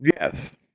Yes